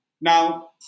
Now